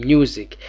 Music